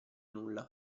nulla